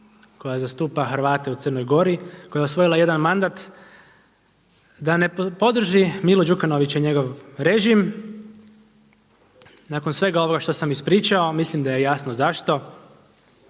koja zastupa Hrvate u Crnoj Gori, koja je osvojila jedan mandat da ne podrži Milo Đukanovića i njegov režim, nakon svega ovoga što sam ispričao mislim da je jasno zašto,